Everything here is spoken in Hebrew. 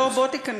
בוא, בוא תיכנס.